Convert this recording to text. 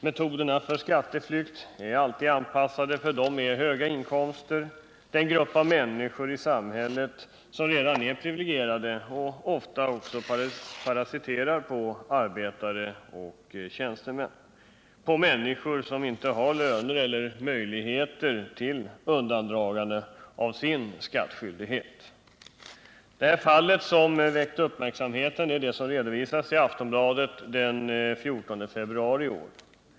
Metoderna för skatteflykt är alltid anpassade för dem med höga inkomster, den grupp av människor i samhället som redan är privilegierade och ofta också parasiterar på arbetare och lägre tjänstemän, på människor som inte har möjligheter att undandra sig sin skattskyldighet. Det fall som väckt uppmärksamhet är det som redovisats i Aftonbladet den 14 februari i år.